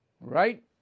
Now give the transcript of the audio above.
right